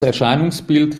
erscheinungsbild